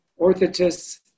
orthotists